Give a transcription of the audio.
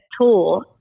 tool